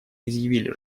изъявили